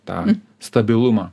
tą stabilumą